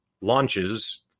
launches